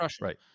Right